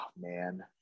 man